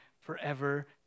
forever